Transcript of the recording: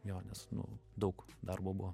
jo nes nu daug darbo buvo